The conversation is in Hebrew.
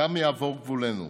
שם יעבור גבולנו.